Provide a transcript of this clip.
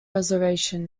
reservation